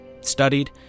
studied